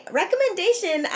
recommendation